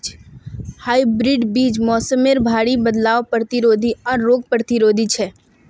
hybrid बीज मोसमेर भरी बदलावर प्रतिरोधी आर रोग प्रतिरोधी छे